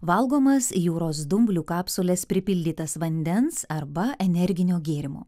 valgomas jūros dumblių kapsules pripildytas vandens arba energinio gėrimo